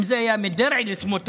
אם זה היה מדרעי לסמוטריץ',